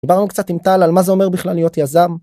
דיברנו קצת עם טל על מה זה אומר בכלל להיות יזם.